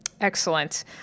Excellent